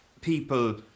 people